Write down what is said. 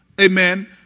amen